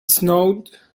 snowed